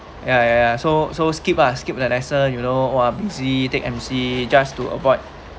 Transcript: ya ya ya so so skip lah skip the lesson you know !wah! busy take MC just to avoid